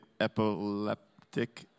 epileptic